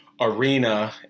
Arena